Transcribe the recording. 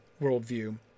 worldview